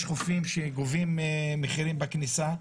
יש חופים שגובים מחירים בכניסה,